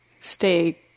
stay